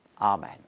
Amen